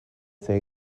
say